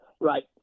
Right